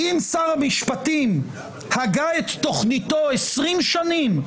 אם שר המשפטים הגה את תכניתו 20 שנים,